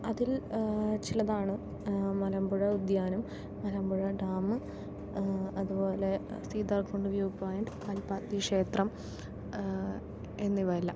അതിൽ ചിലതാണ് മലമ്പുഴ ഉദ്യാനം മലമ്പുഴ ഡാം അതുപോലെ സീതാർകുണ്ട് വ്യൂ പോയിൻറ്റ് കൽപ്പാത്തി ക്ഷേത്രം എന്നിവയെല്ലാം